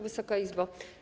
Wysoka Izbo!